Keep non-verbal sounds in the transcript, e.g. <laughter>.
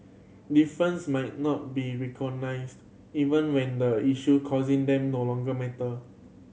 difference might not be <unintelligible> even when the issue causing them no longer matter